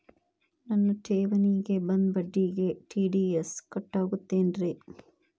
ನನ್ನ ಠೇವಣಿಗೆ ಬಂದ ಬಡ್ಡಿಗೆ ಟಿ.ಡಿ.ಎಸ್ ಕಟ್ಟಾಗುತ್ತೇನ್ರೇ?